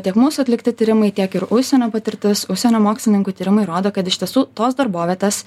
tiek mūsų atlikti tyrimai tiek ir užsienio patirtis užsienio mokslininkų tyrimai rodo kad iš tiesų tos darbovietės